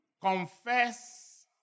confess